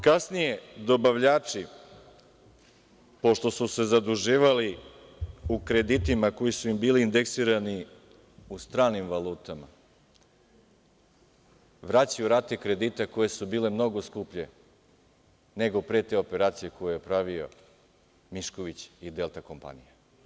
Kasnije dobavljači, pošto su se zaduživali u kreditima koji su im bili indeksirani u stranim valutama vraćaju rate kredita koje su bile mnogo skuplje nego pre te operacije koju je pravio Mišković i „Delta kompanija“